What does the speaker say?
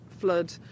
flood